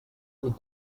with